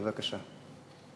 בבקשה.